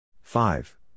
five